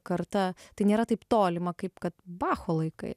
karta tai nėra taip tolima kaip kad bacho laikai